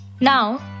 Now